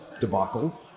debacle